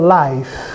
life